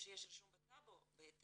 הם גם טוענים שיש רישום בטאבו בהתאם